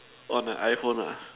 on the iPhone lah